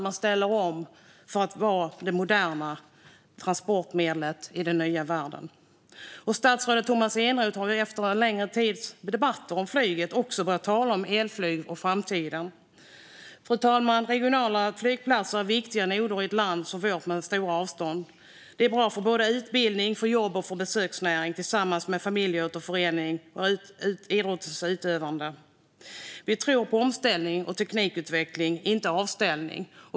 Man ställer om för att vara det moderna transportmedlet i den nya världen. Statsrådet Tomas Eneroth har efter en längre tids debatter om flyget också börjat tala om elflyg och framtiden. Fru talman! Regionala flygplatser är viktiga noder i ett land som vårt, med stora avstånd. Det är bra för utbildning, jobb och besöksnäring tillsammans med familjeåterförening och idrottsutövande. Vi tror på omställning och teknikutveckling, inte avställning.